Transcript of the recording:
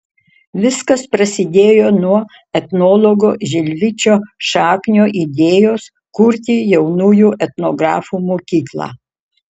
viskas prasidėjo nuo etnologo žilvičio šaknio idėjos kurti jaunųjų etnografų mokyklą